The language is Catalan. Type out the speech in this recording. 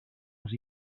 les